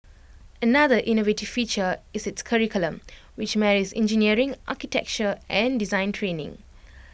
another innovative feature is its curriculum which marries engineering architecture and design training